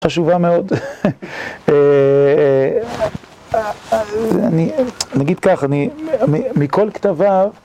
חשובה מאוד, נגיד ככה, מכל כתביו